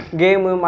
game